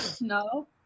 No